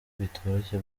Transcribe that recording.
bitoroshye